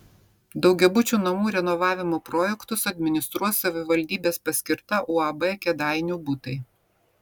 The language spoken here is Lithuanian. daugiabučių namų renovavimo projektus administruos savivaldybės paskirta uab kėdainių butai